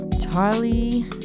Charlie